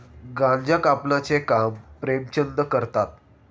गांजा कापण्याचे काम प्रेमचंद करतात